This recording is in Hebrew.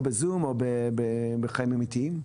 בבקשה.